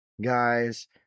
guys